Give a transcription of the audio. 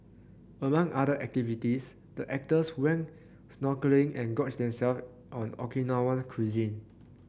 among other activities the actors went snorkelling and gorged themselves on Okinawan cuisine